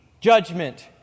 judgment